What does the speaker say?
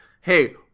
Hey